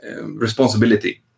responsibility